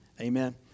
Amen